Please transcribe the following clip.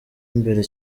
imbere